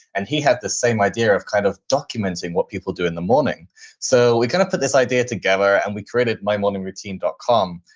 and he had the same idea of kind of documenting what people do in the so we kind of put this idea together and we created mymorningroutine dot com,